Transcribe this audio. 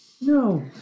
No